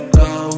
go